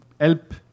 help